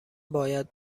باید